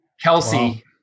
Kelsey